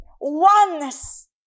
oneness